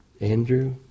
Andrew